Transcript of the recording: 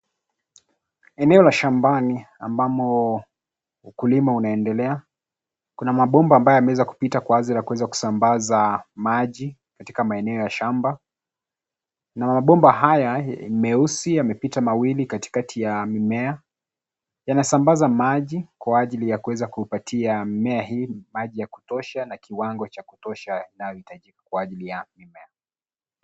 Ni eneo la shambani ambamo ukulima unaendelea. Kuna mabomba ambayo yameweza kupita kwa ajili ya kuweza kusambaza maji katika maeneo ya shamba. Na mabomba haya ni meusi, yamepita mawili katikati ya mimea. Yanasambaza maji kwa ajili ya kuweza kupatia mmea hii maji ya kutosha na kiwango cha kutosha inayohitajika kwa ajili ya mimea.